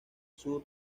sur